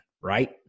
Right